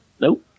nope